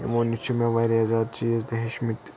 یِمو نِش چھِ مےٚ واریاہ زیادٕ چیٖز تہِ ہیٚچھمٕتۍ